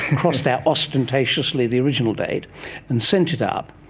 crossed out ostentatiously the original date and sent it up.